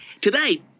Today